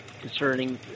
concerning